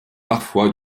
parfois